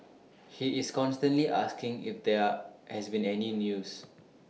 he is constantly asking if there has been any news